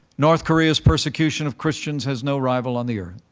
north korea's persecution of christians has no rival on the earth.